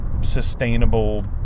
sustainable